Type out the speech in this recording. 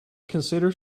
considers